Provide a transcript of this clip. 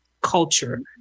culture